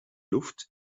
luft